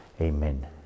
amen